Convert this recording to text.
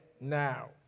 now